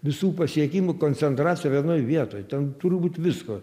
visų pasiekimų koncentracija vienoj vietoj ten turi būt visko